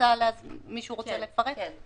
מישהו רוצה לפרט?